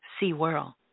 SeaWorld